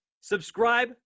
Subscribe